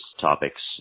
topics